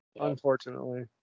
Unfortunately